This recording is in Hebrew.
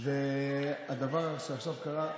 והדבר שעכשיו קרה,